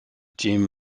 jim